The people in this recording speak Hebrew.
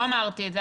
לא אמרתי את זה.